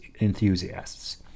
Enthusiasts